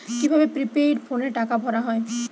কি ভাবে প্রিপেইড ফোনে টাকা ভরা হয়?